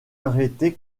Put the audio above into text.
arrêté